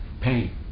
pain